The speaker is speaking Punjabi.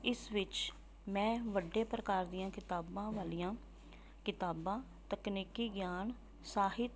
ਇਸ ਵਿੱਚ ਮੈਂ ਵੱਡੇ ਪ੍ਰਕਾਰ ਦੀਆਂ ਕਿਤਾਬਾਂ ਵਾਲੀਆਂ ਕਿਤਾਬਾਂ ਤਕਨੀਕੀ ਗਿਆਨ ਸਾਹਿਤ